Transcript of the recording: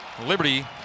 Liberty